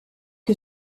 que